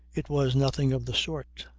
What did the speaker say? it was nothing of the sort,